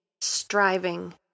striving